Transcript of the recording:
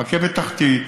רכבת תחתית,